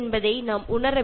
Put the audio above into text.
അത് തികച്ചും ഫ്രീ ആണ്